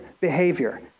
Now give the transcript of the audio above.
behavior